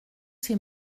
ses